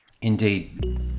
Indeed